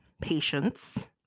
patience